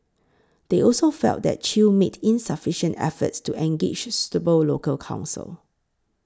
they also felt that Chew made insufficient efforts to engage suitable local counsel